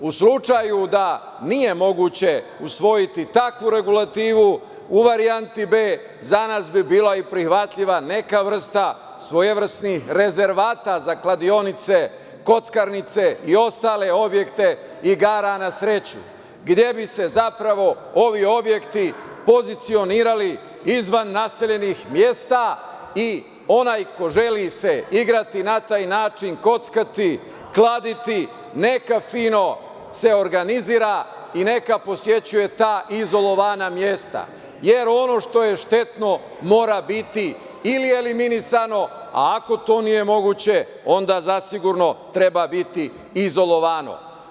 U slučaju da nije moguće usvojiti takvu regulativu u varijanti b) za nas bi bila i prihvatljiva neka vrsta svojevrsnih rezervata za kladionice, kockarnice i ostale objekte igara na sreću, gde bi se zapravo ovi objekti pozicionirali izvan naseljenih mesta i onaj ko želi se igrati na taj način, kockati, kladiti neka fino se organizira i neka posećuje ta izolovana mesta, jer ono što je štetno mora biti ili eliminisano a ako to nije moguće, onda zasigurno treba biti izolovano.